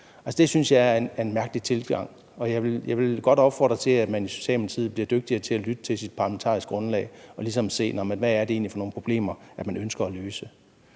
Det synes jeg er en mærkelig tilgang, og jeg vil godt opfordre til, at man i Socialdemokratiet bliver dygtigere til at lytte til sit parlamentariske grundlag og ligesom se på, hvad det egentlig er for nogle problemer, man ønsker at løse.